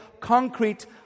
concrete